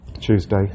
Tuesday